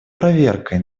проверкой